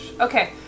Okay